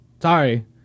Sorry